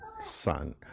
Son